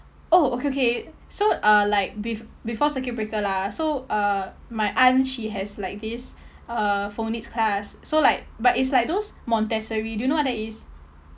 oh okay okay so uh like bef~ before circuit breaker lah so uh my aunt she has like this uh phonics class so like but it's like those montessori do you know what that is